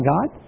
God